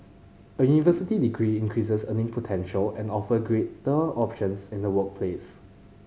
a university degree increases earning potential and offer greater options in the workplace